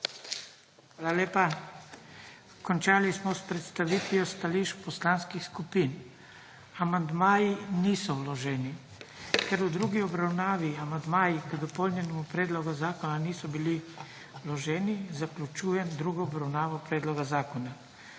Hvala lepa. Končali smo s predstavitvijo stališč poslanskih skupin. Amandmaji niso vloženi. Ker v drugi obravnavi amandmaji k dopolnjenemu predlogu zakona niso bili vloženi, zaključujem drugo obravnavo predloga zakona.